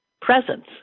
presence